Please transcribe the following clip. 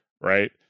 right